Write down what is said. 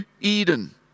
Eden